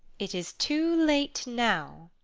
it is too late now.